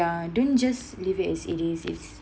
ya don't just leave it as it is in